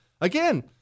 Again